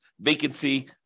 vacancy